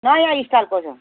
नयाँ स्टाइलको छ